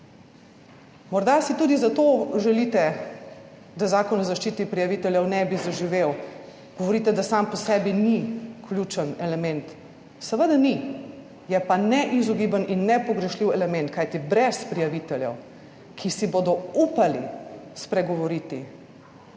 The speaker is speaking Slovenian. Morda si tudi zato želite, da Zakon o zaščiti prijaviteljev ne bi zaživel. Govorite, da sam po sebi ni ključen element. Seveda ni, je pa neizogiben in nepogrešljiv element. Kajti, brez prijaviteljev, ki si bodo upali spregovoriti,